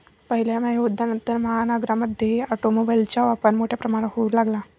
पहिल्या महायुद्धानंतर, महानगरांमध्ये ऑटोमोबाइलचा वापर मोठ्या प्रमाणावर होऊ लागला